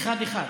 אחד-אחד